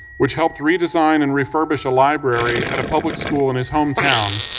which helped redesign and refurbish a library at a public school in his hometown,